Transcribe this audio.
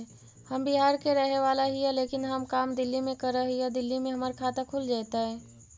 हम बिहार के रहेवाला हिय लेकिन हम काम दिल्ली में कर हिय, दिल्ली में हमर खाता खुल जैतै?